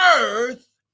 earth